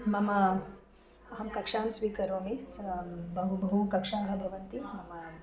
मम अहं कक्षां स्वीकरोमि बहु बहु कक्षाः भवन्ति मम